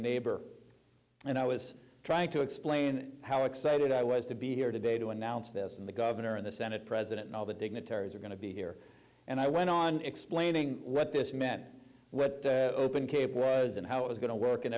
neighbor and i was trying to explain how excited i was to be here today to announce this and the governor and the senate president and all the dignitaries are going to be here and i went on explaining what this meant what open cable was and how it was going to work and